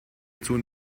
tun